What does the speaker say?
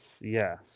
yes